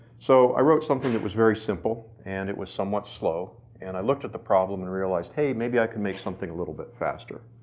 so i wrote something that was very simple and it was somewhat slow and i look at the problem and realized, hey maybe i can make something a little bit faster.